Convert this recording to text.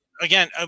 again